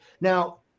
Now